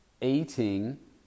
eating